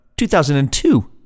2002